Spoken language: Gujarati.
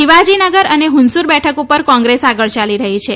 શિવાજીનગર અને હુંસુર બેઠક ઉપર કોંગ્રેસ આગળ ચાલી રહી છે